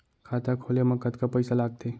खाता खोले मा कतका पइसा लागथे?